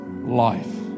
life